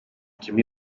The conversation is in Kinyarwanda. jimmy